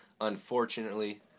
Unfortunately